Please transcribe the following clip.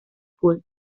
school